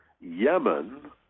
Yemen